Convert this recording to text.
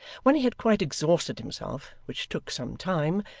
when he had quite exhausted himself which took some time,